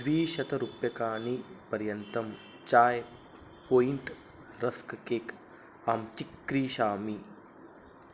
द्विशतरूप्यकाणि पर्यन्तं chai point rusk cake अहं चिक्रीषामि